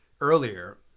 earlier